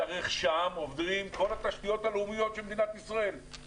דרך שם עוברות כל התשתיות הלאומיות של מדינת ישראל,